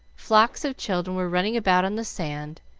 flocks of children were running about on the sand,